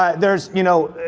ah there's you know,